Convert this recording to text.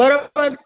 બરાબર